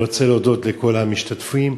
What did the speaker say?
אני רוצה להודות לכל המשתתפים,